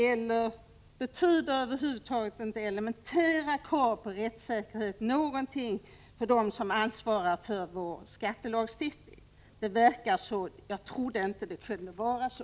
Eller betyder inte elementära krav på rättssäkerhet över huvud taget något för dem som ansvarar för vår skattelagstiftning? Det verkar inte så, men jag trodde inte att det kunde vara så.